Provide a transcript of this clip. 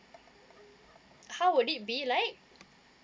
how would it be like